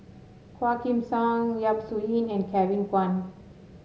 Quah Kim Song Yap Su Yin and Kevin Kwan